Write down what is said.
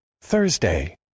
Thursday